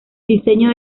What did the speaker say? diseño